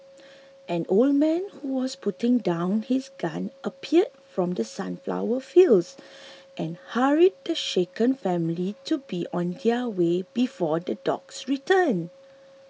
an old man who was putting down his gun appeared from the sunflower fields and hurried the shaken family to be on their way before the dogs return